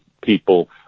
people